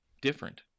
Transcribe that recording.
different